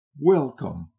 welcome